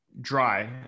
dry